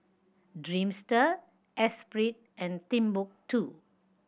Dreamster Esprit and Timbuk Two